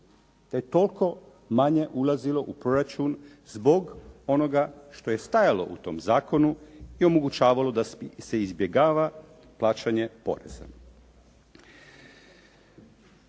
te je toliko manje ulazilo u proračun zbog onoga što je stajalo u tom zakonu i omogućavalo da se izbjegava plaćanje poreza.